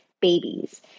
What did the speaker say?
babies